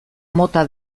mota